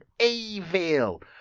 Evil